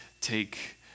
take